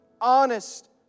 honest